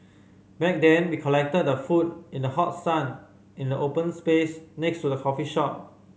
back then we collected the food in the hot sun in the open space next to the coffee shop